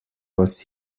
was